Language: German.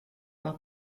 war